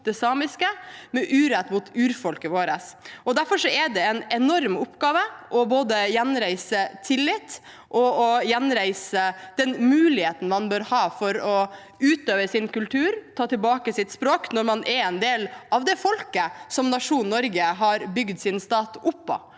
det samiske, med urett mot urfolket vårt. Derfor er det en enorm oppgave å gjenreise både tillit og den muligheten man bør ha til å utøve sin kultur og ta tilbake sitt språk når man er en del av det folket som nasjonen Norge har bygd sin stat oppå